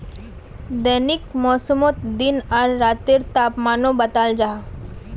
दैनिक मौसमोत दिन आर रातेर तापमानो बताल जाहा